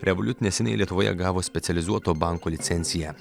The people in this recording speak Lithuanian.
revoliut neseniai lietuvoje gavo specializuoto banko licenciją